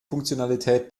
funktionalität